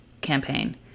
campaign